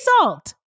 salt